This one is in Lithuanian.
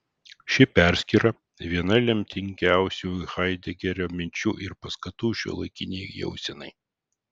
ši perskyra viena lemtingiausių haidegerio minčių ir paskatų šiuolaikinei jausenai